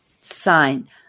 sign